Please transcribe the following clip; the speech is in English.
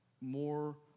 more